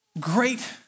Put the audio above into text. great